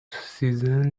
سیزن